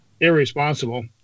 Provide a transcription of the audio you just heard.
irresponsible